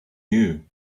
you